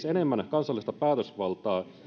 enemmän kansallista päätösvaltaa